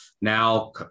now